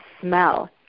smell